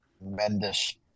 Tremendous